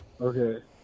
Okay